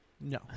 No